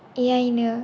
ए आइ नो